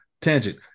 tangent